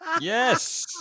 Yes